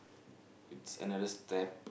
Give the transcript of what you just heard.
it's another step